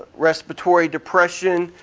respiratory depression.